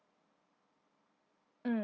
mm